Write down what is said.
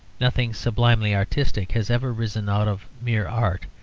nothing sublimely artistic has ever arisen out of mere art,